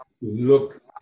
look